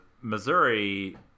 Missouri